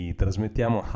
trasmettiamo